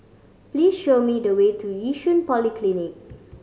please show me the way to Yishun Polyclinic